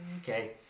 okay